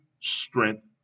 strength